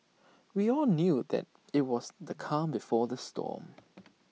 we all knew that IT was the calm before the storm